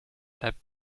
bleibt